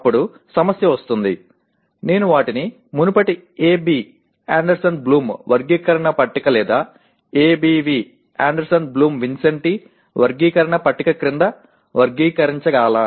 అప్పుడు సమస్య వస్తుంది నేను వాటిని మునుపటి AB వర్గీకరణ పట్టిక లేదా ABV వర్గీకరణ పట్టిక క్రింద వర్గీకరించాలా